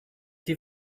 die